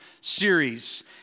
series